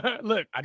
look